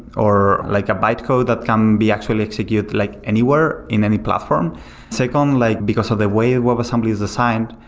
or like a bytecode that can be actually executed like anywhere in any platform second, um like because of the way webassembly is designed,